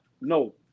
No